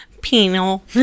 penal